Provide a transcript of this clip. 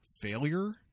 failure